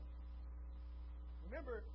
Remember